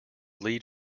lead